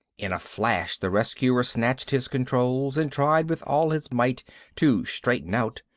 in a flash the rescuer snatched his controls, and tried with all his might to straighten out.